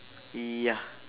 ya